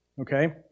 okay